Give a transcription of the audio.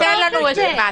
תן לנו רשימה.